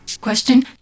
Question